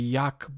jak